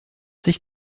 sich